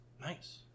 Nice